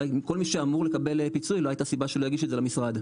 כל מי שאמור לקבל פיצוי לא הייתה סיבה שלא יגיש את זה למשרד.